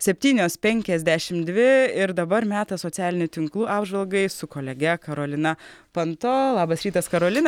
septynios penkiasdešimt dvi ir dabar metas socialinių tinklų apžvalgai su kolege karolina panto labas rytas karolina